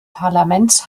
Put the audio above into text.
parlaments